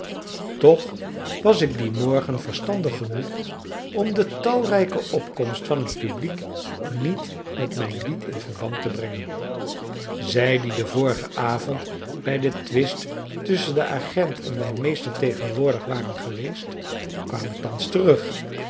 toch was ik dien morgen verstandig genoeg om de talrijke opkomst van het publiek niet met mijn lied in verband te brengen zij die den vorigen avond bij den twist tusschen den agent en mijn meester tegenwoordig waren geweest kwamen thans terug